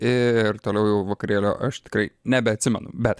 ir toliau jau vakarėlio aš tikrai nebeatsimenu bet